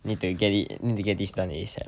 need to get it need to get this done asap